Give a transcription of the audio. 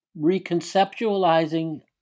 reconceptualizing